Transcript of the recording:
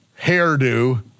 hairdo